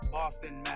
Boston